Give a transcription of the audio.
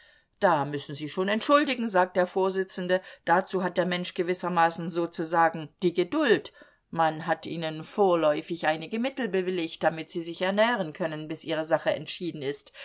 da müssen sie schon entschuldigen sagt der vorsitzende dazu hat der mensch gewissermaßen sozusagen die geduld man hat ihnen vorläufig einige mittel bewilligt damit sie sich ernähren können bis ihre sache entschieden ist